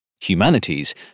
Humanities